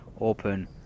open